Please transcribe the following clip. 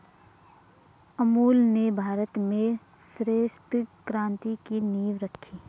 अमूल ने भारत में श्वेत क्रान्ति की नींव रखी